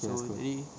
ya that's good